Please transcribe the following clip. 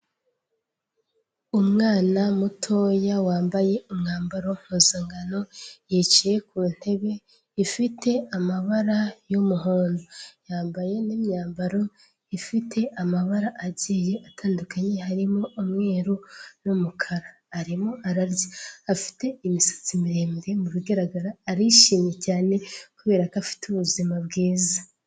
Umwana mutoya wambaye umwambaro mpuzangano yicaye ku ntebe ifite amabara y'umuhondo, yambaye n'imyambaro ifite amabara agiye atandukanye harimo umweru n'umukara, arimo ararya afite imisatsi miremire mu bigaragara arishimye cyane kubera ko afite ubuzima bwiza.